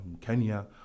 Kenya